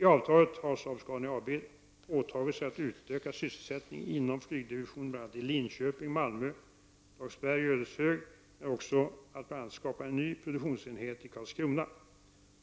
I avtalet har Saab-Scania AB åtagit sig att utöka sysselsättningen inom flygdivisionen bl.a. i Linköping, Malmö, Dagsberg och Ödeshög men också att bl.a. skapa en ny produktionsenhet i Karlskrona.